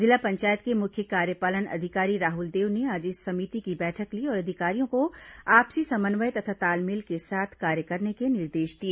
जिला पंचायत के मुख्य कार्यपालन अधिकारी राहुल देव ने आज इस समिति की बैठक ली और अधिकारियों को आपसी समन्वय तथा तालमेल के साथ कार्य करने के निर्देश दिए